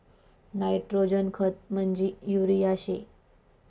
nitrogen खत म्हंजी urea शे